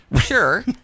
sure